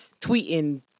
tweeting